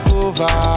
over